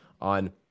on